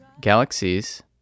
Galaxies